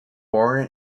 born